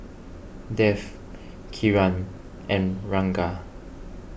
Dev Kiran and Ranga